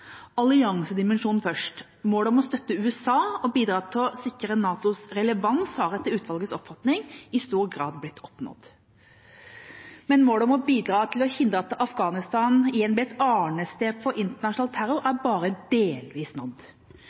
Alliansedimensjonen først: Målet om å støtte USA og bidra til å sikre NATOs relevans har etter utvalgets oppfatning i stor grad blitt oppnådd. Men målet om å bidra til å hindre Afghanistan i å bli et arnested for internasjonal terror, er bare delvis nådd.